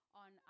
on